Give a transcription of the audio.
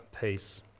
peace